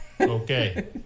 Okay